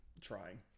trying